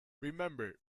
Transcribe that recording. remember